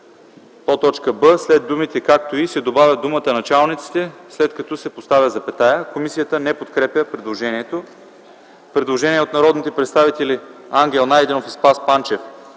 и”; б) след думите „както и” се добавя думата „началниците”, след „като” се постави запетая. Комисията не подкрепя предложението. Предложение от народните представители Ангел Найденов и Спас Панчев: